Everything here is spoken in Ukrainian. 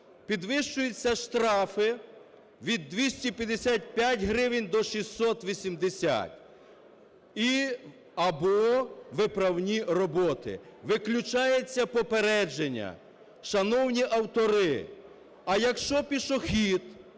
Підвищуються штрафи від 255 гривень до 680 і/або виправні роботи. Виключається попередження. Шановні автори, а якщо пішохід